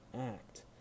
act